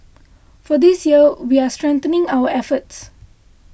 for this year we're strengthening our efforts